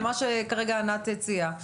למה שכרגע ענת הציעה.